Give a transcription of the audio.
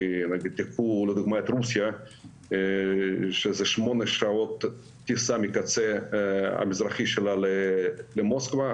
קחו לדוגמה את רוסיה שזה 8 שעות טיסה מהקצה המזרחי שלה למוסקבה,